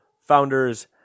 Founders